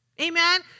Amen